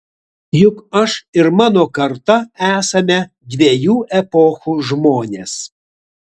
juk aš ir mano karta esame dviejų epochų žmonės